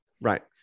Right